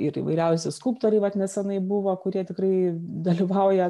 ir įvairiausi skulptoriai vat nesenai buvo kurie tikrai dalyvauja